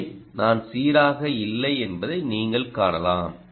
இதை நான் சீராக இல்லை என்பதை நீங்கள் காணலாம்